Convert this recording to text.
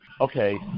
okay